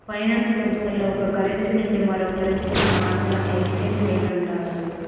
finance సంస్థల్లో ఒక currency నుండి మరో కరెన్సీకి మార్చడాన్ని ఎక్స్చేంజ్ రేట్ అంటారు